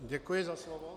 Děkuji za slovo.